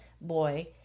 boy